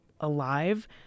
alive